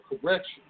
correction